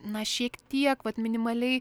na šiek tiek vat minimaliai